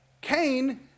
Cain